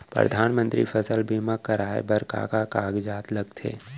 परधानमंतरी फसल बीमा कराये बर का का कागजात लगथे?